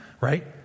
right